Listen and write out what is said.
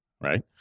right